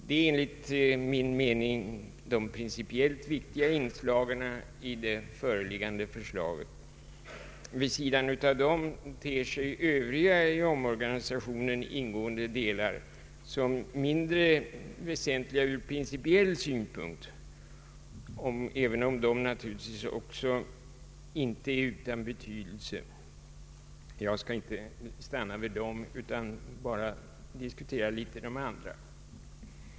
Det är enligt min mening de principiellt viktiga inslagen i det föreliggande förslaget. Vid sidan därav ter sig övriga i organisationen ingående delar som mindre väsentliga från principiell synpunkt, även om de naturligt vis inte är utan betydelse. Jag skall inte stanna vid dem utan bara diskutera de andra delarna.